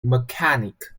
mechanic